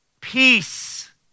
peace